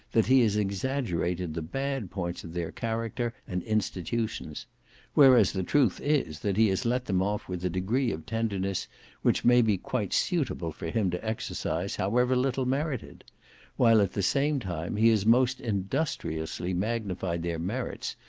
that he has exaggerated the bad points of their character and institutions whereas, the truth is, that he has let them off with a degree of tenderness which may be quite suitable for him to exercise, however little merited while, at the same time, he has most industriously magnified their merits,